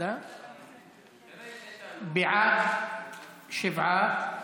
מי שנגד, הוא בעד להסיר מסדר-היום.